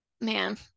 man